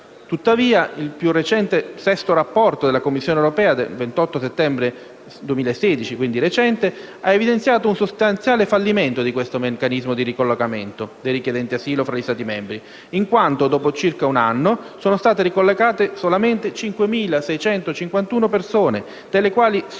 Tuttavia, il più recente sesto rapporto della Commissione europea del 28 settembre 2016 ha evidenziato un sostanziale fallimento di questo meccanismo di ricollocamento dei richiedenti asilo fra gli Stati membri, in quanto, dopo un anno circa, sono state ricollocate solamente 5.651 persone, delle quali 1.196